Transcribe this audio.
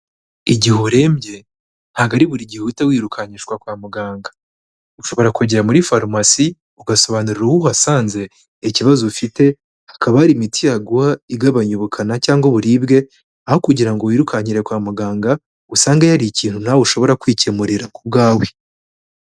Igihe urembye ntabwo ari buri gihe uhita wirukanishwa kwa muganga. Ushobora kugera muri farumasi ugasobanurira uwo uhasanze ikibazo ufite, hakaba hari imiti yaguha igabanya ubukana cyangwa uburibwe aho kugira ngo wirukankire kwa muganga usange yari ikintu nawe ushobora kwikemurira ku bwawe.